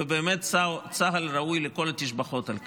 ובאמת צה"ל ראוי לכל התשבחות על כך.